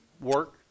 work